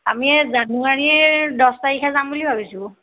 আমি এই জানুৱাৰীৰ দহ তাৰিখে যাম বুলি ভাবিছোঁ